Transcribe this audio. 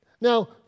Now